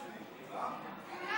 כולם, כולם.